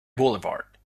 boulevard